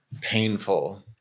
painful